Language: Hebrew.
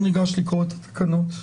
נקרא את התקנות.